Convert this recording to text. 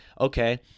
okay